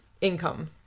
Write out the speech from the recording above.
income